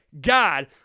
God